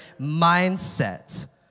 mindset